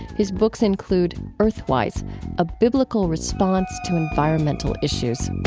his books include earth-wise a biblical response to environmental issues